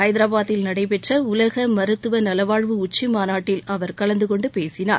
ஹைதராபாத்தில் நடடபெற்ற உலக மருத்துவ நலவாழ்வு உச்சி மாநாட்டில் அவர் கலந்தகொண்டு பேசினார்